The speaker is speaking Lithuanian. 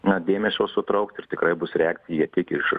na dėmesio sutrauks ir tikrai bus reakcija tik iš